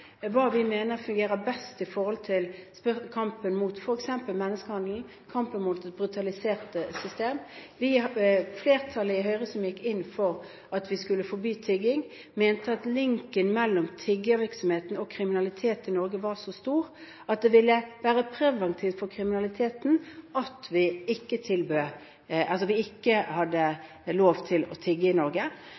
kampen mot f.eks. menneskehandel, kampen mot brutaliserte system. Flertallet i Høyre, som gikk inn for at vi skulle forby tigging, mente at linken mellom tiggevirksomheten og kriminalitet i Norge var så stor at det ville være preventivt for kriminaliteten at det ikke var lov til å tigge i Norge,